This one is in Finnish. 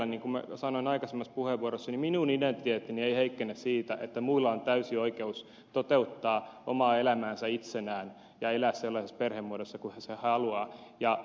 niin kuin minä sanoin aikaisemmassa puheenvuorossani niin minun identiteettini ei heikkene siitä että muilla on täysi oikeus toteuttaa omaa elämäänsä itsenään ja elää sellaisessa perhemuodossa kuin haluavat